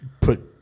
put